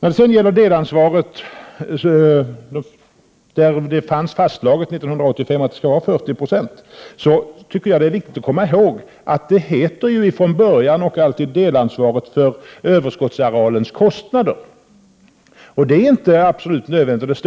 När det sedan gäller frågan om statens delansvar fastslogs det år 1985 att det skall uppgå till 40 90 av de verkliga kostnaderna vid normalskörd. Jag tycker att det är viktigt att komma ihåg att man benämner det hela ”delansvaret för överskottsarealens kostnader”.Det är inte absolut nödvändigt